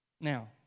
Now